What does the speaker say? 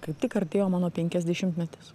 kaip tik artėjo mano penkiasdešimtmetis